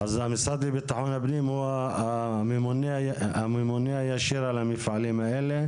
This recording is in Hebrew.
אז המשרד לביטחון הפנים הוא הממונה הישיר על המפעלים האלה?